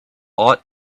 ought